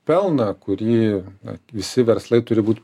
pelną kurį visi verslai turi būt